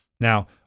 Now